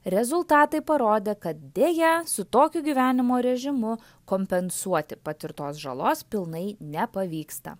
rezultatai parodė kad deja su tokiu gyvenimo režimu kompensuoti patirtos žalos pilnai nepavyksta